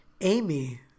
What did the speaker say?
Amy